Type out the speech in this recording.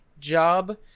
job